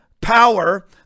power